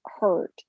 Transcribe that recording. hurt